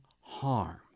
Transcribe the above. harm